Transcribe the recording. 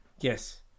Yes